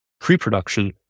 pre-production